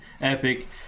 epic